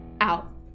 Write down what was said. out